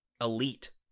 elite